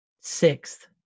Sixth